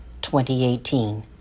2018